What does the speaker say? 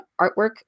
artwork